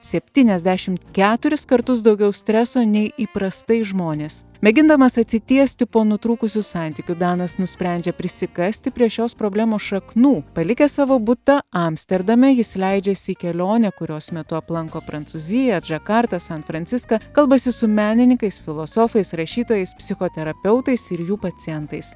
septyniasdešimt keturis kartus daugiau streso nei įprastai žmonės mėgindamas atsitiesti po nutrūkusių santykių danas nusprendžia prisikasti prie šios problemos šaknų palikę savo butą amsterdame jis leidžiasi į kelionę kurios metu aplanko prancūziją džakartą san franciską kalbasi su menininkais filosofais rašytojais psichoterapeutais ir jų pacientais